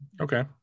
Okay